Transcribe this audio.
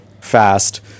fast